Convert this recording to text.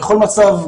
בכל מצב,